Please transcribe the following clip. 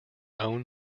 own